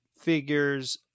figures